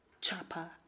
chopper